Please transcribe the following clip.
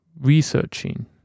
researching